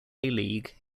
league